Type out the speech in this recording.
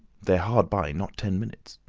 they're hard by not ten minutes